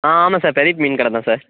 ஆ ஆமாம் சார் பிரதீப் மீன் கடை தான் சார்